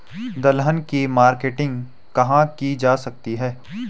दलहन की मार्केटिंग कहाँ की जा सकती है?